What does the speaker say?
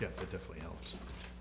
yeah it definitely helps